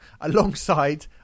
alongside